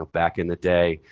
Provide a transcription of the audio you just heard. ah back in the day,